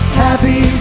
happy